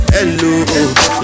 Hello